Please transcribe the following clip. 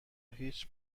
هیچ